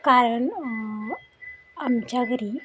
कारण आमच्या घरी